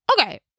okay